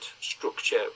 structure